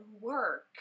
work